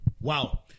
Wow